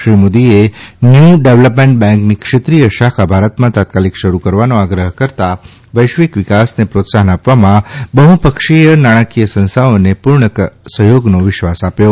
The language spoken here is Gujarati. શ્રી મોદીએ ન્યુ ડેવલપમેન્ટ બેન્કની ક્ષેત્રીય શાખા ભારતમાં તાત્કાલીક શરૂ કરવાનો આગ્રહ કરતાં વૈશ્વિક વિકાસને પ્રોત્સાહન આપવામાં બહ્પક્ષીય નાણાકીય સંસ્થાઓને પૂર્ણ સહ્યોગનો વિશ્વાસ આપ્યો